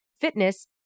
fitness